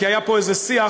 כי היה פה איזה שיח,